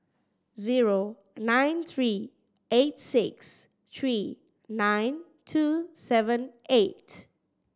zero nine three eight six three nine two seven eight